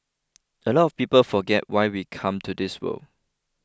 a lot of people forget why we come to this world